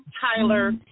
Tyler